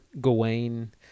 Gawain